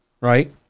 right